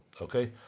Okay